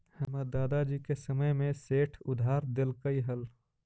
हमर दादा जी के समय में सेठ उधार देलकइ हल